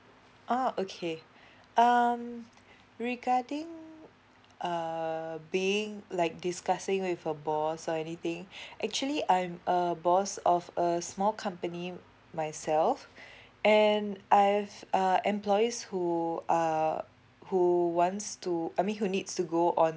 oh okay um regarding uh being like discussing with a boss or anything actually I'm a boss of a small company myself and I have uh employees who uh who wants to I mean who needs to go on